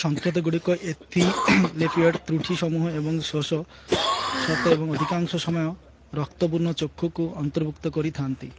ସଙ୍କେତଗୁଡ଼ିକ epithelial ତ୍ରୁଟି ସମୂହ ଏବଂ ଶୋଷ ସତ୍ତେ ଏବଂ ଅଧିକାଂଶ ସମୟ ରକ୍ତବର୍ଣ୍ଣ ଚକ୍ଷୁକୁ ଅନ୍ତର୍ଭୁକ୍ତ କରିଥାନ୍ତି